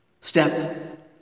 Step